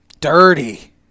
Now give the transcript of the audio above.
Dirty